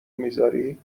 میذاری